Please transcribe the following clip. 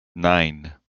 nine